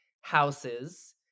houses